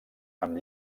amb